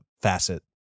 facet